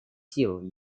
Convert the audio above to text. силу